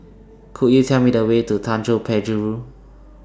Could YOU Tell Me The Way to Tanjong Penjuru